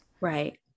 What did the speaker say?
Right